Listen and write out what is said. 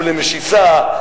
ולמשיסה,